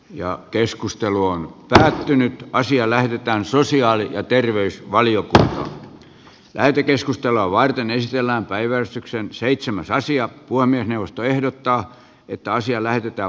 ja keskustelu on päättynyt ja asia lähetetään sosiaali ja terveysvaliok lähetekeskustelua varten ei siellä on päiväystyksen seitsemän raisio puomien puhemiesneuvosto ehdottaa että asia lähetetään valtiovarainvaliokuntaan